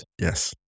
Yes